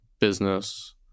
business